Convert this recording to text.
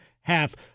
half